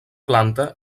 planta